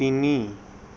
তিনি